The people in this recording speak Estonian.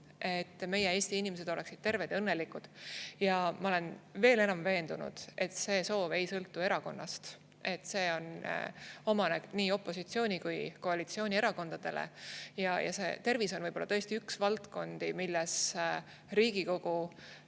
et meie Eesti inimesed oleksid terved ja õnnelikud, ja ma olen veel enam veendunud, et see soov ei sõltu erakonnast, vaid see on omane nii opositsiooni‑ kui ka koalitsioonierakondadele. Tervis on võib-olla tõesti üks valdkondi, milles Riigikogus